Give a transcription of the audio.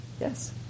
yes